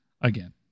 again